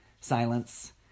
Silence